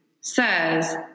says